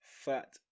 fat